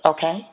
Okay